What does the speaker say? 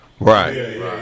Right